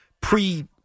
pre